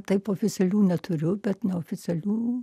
taip oficialių neturiu bet neoficialių